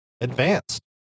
advanced